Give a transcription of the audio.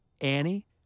Annie